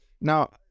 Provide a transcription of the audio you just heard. now